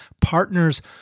partners